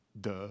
Duh